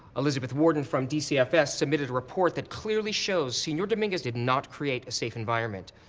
elizabeth warden from dcfs submitted report that clearly shows sr. dominguez did not create a safe environment.